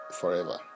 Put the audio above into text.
forever